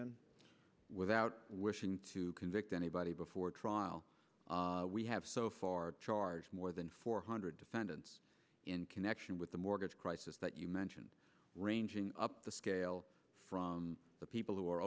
in without wishing to convict anybody before trial we have so far charge more than four hundred defendants in connection with the mortgage crisis that you mentioned ranging up the scale from the people who are